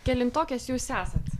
kelintokės jūs esat